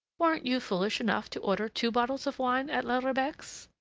weren't you foolish enough to order two bottles of wine at la rebec's?